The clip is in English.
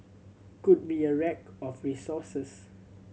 could be a rack of resources